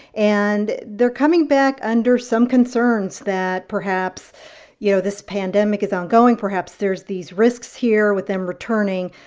and they're coming back under some concerns that perhaps you know, this pandemic is ongoing. perhaps, there's these risks here with them returning.